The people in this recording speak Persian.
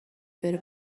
بره